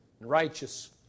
righteous